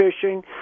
fishing